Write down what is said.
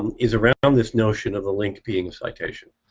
and is around this notion of a link being citation,